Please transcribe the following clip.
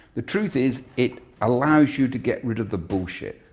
the truth is it allows you to get rid of the bullshit.